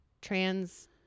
trans